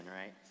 right